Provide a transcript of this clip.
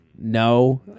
No